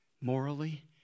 morally